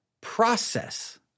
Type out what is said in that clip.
process